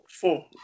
Four